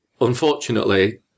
Unfortunately